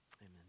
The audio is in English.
Amen